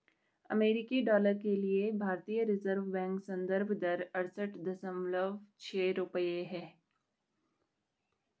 अमेरिकी डॉलर के लिए भारतीय रिज़र्व बैंक संदर्भ दर अड़सठ दशमलव छह रुपये है